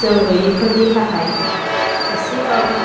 जों गैयिफोरनि थाखाय एसेबाबो